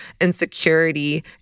insecurity